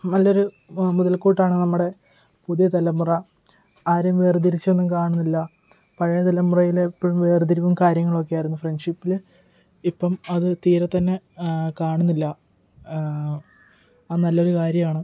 നല്ലൊരു മുതൽകൂട്ടാണ് നമ്മുടെ പുതിയ തലമുറ ആരും വേർത്തിരിച്ചൊന്നും കാണുന്നില്ല പഴയ തലമുറയിൽ എപ്പൊഴും വേർത്തിരിവും കാര്യങ്ങളൊക്കെയായിരുന്നു ഫ്രണ്ട്ഷിപ്പില് ഇപ്പം അത് തീരെത്തന്നെ കാണുന്നില്ല അത് നല്ലൊരു കാര്യമാണ്